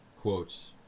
quotes